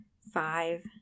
five